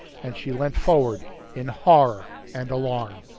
and she leant forward in horror and alarm.